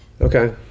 Okay